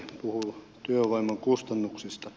työvoiman kustannuksista